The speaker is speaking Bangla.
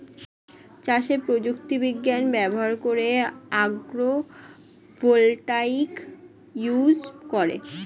চাষে প্রযুক্তি বিজ্ঞান ব্যবহার করে আগ্রো ভোল্টাইক ইউজ করে